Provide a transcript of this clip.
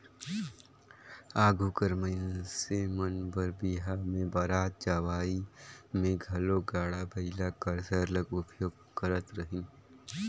आघु कर मइनसे मन बर बिहा में बरात जवई में घलो गाड़ा बइला कर सरलग उपयोग करत रहिन